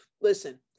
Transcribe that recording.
Listen